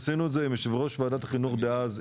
עשינו את זה עם יושב-ראש ועדת החינוך דאז,